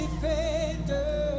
defender